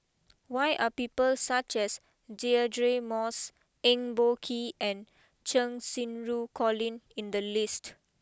why are people such as Deirdre Moss Eng Boh Kee and Cheng Xinru Colin in the list